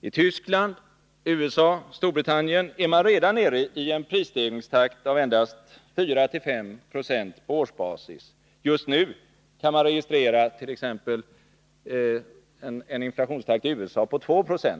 I Tyskland, USA och Storbritannien är man redan nere i en prisstegringstakt av endast 4-5 26 på årsbasis — för den senaste månaden kan man registrera en inflationstakt i USA på 2 26.